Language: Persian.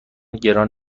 گران